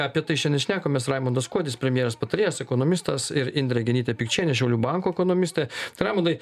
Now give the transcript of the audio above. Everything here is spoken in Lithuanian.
apie tai šian ir šnekamės raimondas kuodis premjerės patarėjas ekonomistas ir indrė genytė pikčienė šiaulių banko ekonomistė tai raimondai